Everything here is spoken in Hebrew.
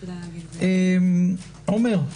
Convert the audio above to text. עומר,